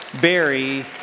Barry